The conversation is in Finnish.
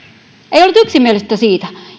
ei ollut yksimielisyyttä siitä